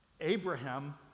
Abraham